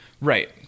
Right